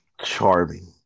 Charming